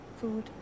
Food